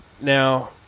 Now